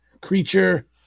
creature